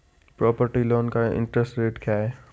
Property loan का interest rate क्या है?